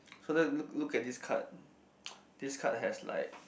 so let's look look at this card this card has like